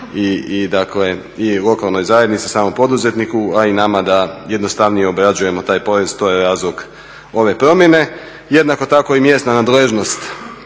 i lokalnoj zajednici i samom poduzetniku a i nama da jednostavnije obrađujemo taj porez, to je razlog ove promjene. Jednako tako i mjesna nadležnost